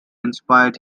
inspired